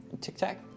Tic-tac